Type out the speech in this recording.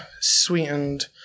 sweetened